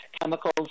chemicals